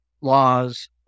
laws